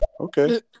Okay